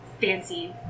fancy